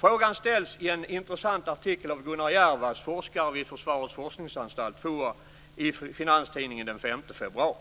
Frågan ställs i en intressant artikel av Gunnar Jervas, forskare vid Försvarets forskningsanstalt, FOA, i Finanstidningen den 5 februari.